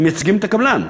הם מייצגים את הקבלן,